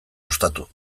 ostatu